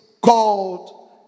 called